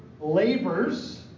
labors